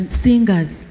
singers